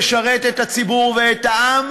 זו הדרך לשרת את הציבור ואת העם?